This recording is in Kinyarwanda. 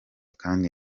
kandi